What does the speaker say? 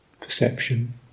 perception